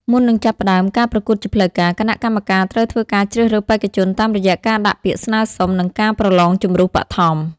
មុននឹងចាប់ផ្ដើមការប្រកួតជាផ្លូវការ គណៈកម្មការត្រូវធ្វើការជ្រើសរើសបេក្ខជនតាមរយៈការដាក់ពាក្យស្នើសុំ ឬការប្រឡងជម្រុះបឋម។